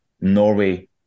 Norway